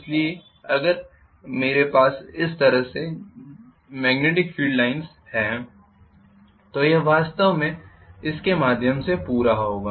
इसलिए अगर मेरे पास इस तरह से मेग्नेटिक फील्ड लाइन्स है तो यह वास्तव में इसके माध्यम से पूरा होगा